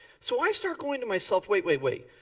so i start going to myself, wait, wait, wait.